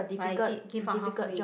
but I I give up half way